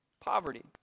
poverty